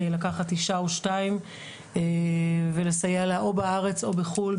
לקחת אישה או שתיים ולסייע לה או בארץ או בחו"ל.